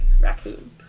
raccoon